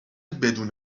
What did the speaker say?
بدون